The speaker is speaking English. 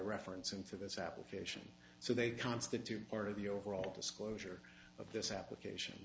reference into this application so they constitute part of the overall disclosure of this application